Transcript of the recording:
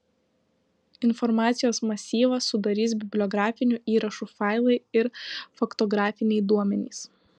informacijos masyvą sudarys bibliografinių įrašų failai ir faktografiniai duomenys